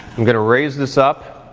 i'm gonna raise this up